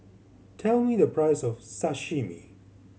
tell me the price of Sashimi